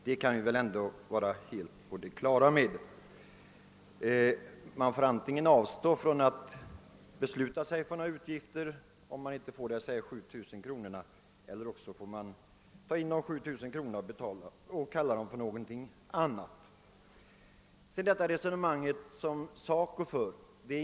Det kan vi väl ändå vara helt på det klara med. Man får antingen avstå från att besluta sig för några utgifter, om man inte får dessa 7000 kr., eller också får man ta in dessa 7000 kr. och kalla dem för skatt eller någonting annat.